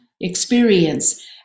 experience